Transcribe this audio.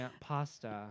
Pasta